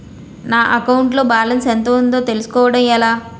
నా అకౌంట్ లో బాలన్స్ ఎంత ఉందో తెలుసుకోవటం ఎలా?